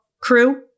crew